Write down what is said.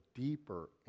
deeper